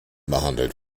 behandelt